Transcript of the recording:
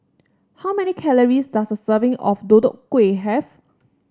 how many calories does a serving of Deodeok Gui have